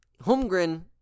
Holmgren